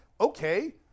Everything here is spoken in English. okay